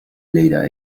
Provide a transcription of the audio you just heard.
leader